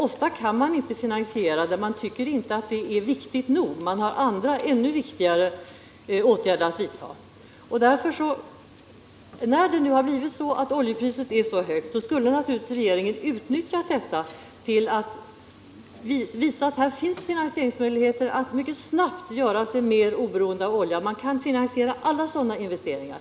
Ofta kan man inte finansiera det. Man menar att det inte är viktigt nog. Det finns andra och ännu viktigare åtgärder att vidta. När nu oljepriset har blivit så högt, skulle naturligtvis regeringen ha utnyttjat detta och visat att det här finns finansieringsmöjligheter att snabbt göra sig mer oberoende av olja. Det går att finansiera alla sådana investeringar.